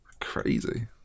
Crazy